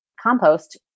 compost